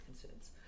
concerns